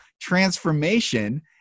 transformation